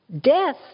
Death